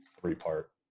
three-part